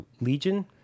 Legion